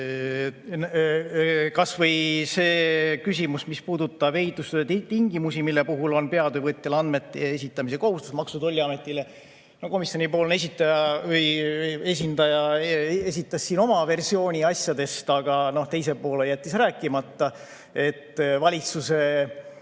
Kas või see küsimus, mis puudutab ehitustöötingimusi, mille puhul on peatöövõtjal andmete esitamise kohustus Maksu- ja Tolliametile. Komisjoni esindaja esitas siin oma versiooni asjadest, aga teise poole jättis rääkimata. Valitsuse